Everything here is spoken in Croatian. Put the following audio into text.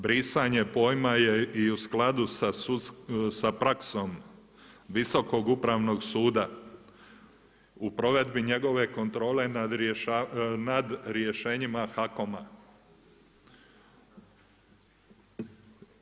A drugo je, brisanje pojma je i u skladu sa praksom Visokog upravnog suda u provedbi njegove kontrole nad rješenjima HAKOM-a.